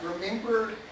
remember